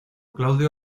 claudio